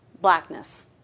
blackness